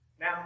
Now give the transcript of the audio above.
Now